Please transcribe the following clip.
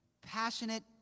passionate